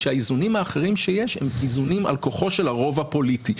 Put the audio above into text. שהאיזונים האחרים שיש הם איזונים על כוחו של הרוב הפוליטי.